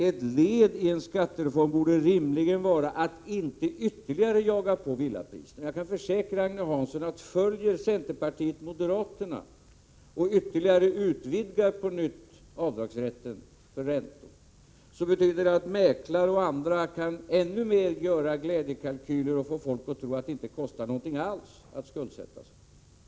Ett led i en skattereform borde rimligen vara att inte ytterligare jaga på villapriserna. Jag kan försäkra Agne Hansson att följer centerpartiet moderaterna och ytterligare utvidgar avdragsrätten för räntor, betyder det att mäklare och andra i ännu större utsträckning mer kan göra upp glädjekalkyler och få folk att tro att det inte kostar någonting alls att skuldsätta sig.